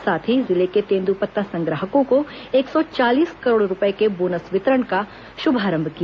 साथ ही जिले के तेंदूपत्ता संग्राहकों को एक सौ चालीस करोड़ रूपए के बोनस वितरण का श्भारंभ किया